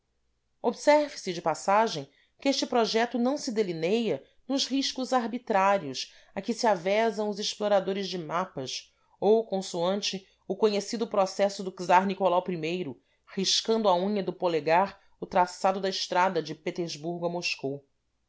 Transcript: observe se de passagem que este projeto não se delineia nos riscos arbitrários a que se avezam os exploradores de mapas ou consoante o conhecido processo do tzar nicolau i riscando com a unha do polegar o traçado da estrada de petersburgo a moscou